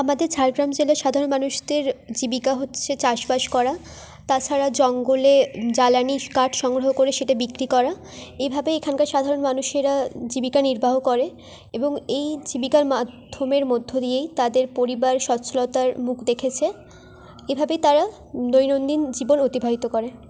আমাদের ঝাড়গ্রাম জেলার সাধারণ মানুষদের জীবিকা হচ্ছে চাষ বাস করা তা ছাড়া জঙ্গলে জ্বালানি কাঠ সংগ্রহ করে সেটা বিক্রি করা এভাবে এখানকার সাধারণ মানুষেরা জীবিকা নির্বাহ করে এবং এই জীবিকার মাধ্যমের মধ্য দিয়েই তাদের পরিবার স্বচ্ছলতার মুখ দেখেছে এভাবে তারা দৈনন্দিন জীবন অতিবাহিত করে